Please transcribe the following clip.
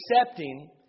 accepting